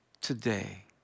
Today